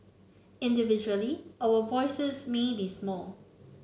individually our voices may be small